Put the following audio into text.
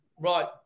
right